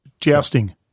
Jousting